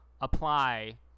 apply